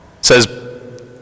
says